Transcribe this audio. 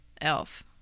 elf